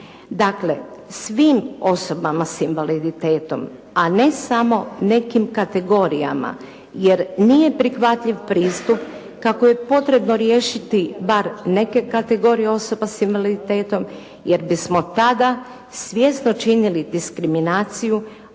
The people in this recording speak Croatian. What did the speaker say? Dakle, svim osobama s invaliditetom, a ne samo nekim kategorijama jer nije prihvatljiv pristup kako je potrebno riješiti bar neke kategorije osoba s invaliditetom jer bismo tada svjesno činili diskriminaciju,